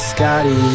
Scotty